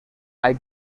hay